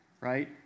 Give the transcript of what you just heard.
Right